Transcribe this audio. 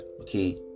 okay